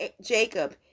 Jacob